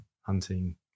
hunting